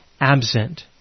absent